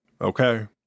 Okay